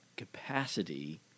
Capacity